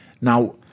Now